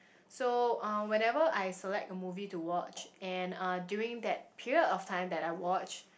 so uh whenever I select a move to watch and uh during that period of time that I watch